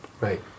Right